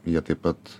jie taip pat